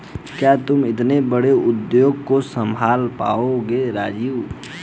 क्या तुम इतने बड़े उद्योग को संभाल पाओगे राजीव?